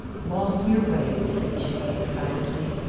long here way, said jimmy excitedly.